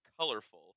colorful